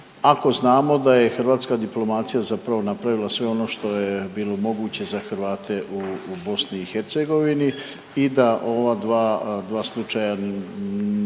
ako znamo da je hrvatska diplomacija zapravo napravila sve ono što je bilo moguće za Hrvate u BiH i da ova dva, dva slučaja